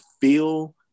feel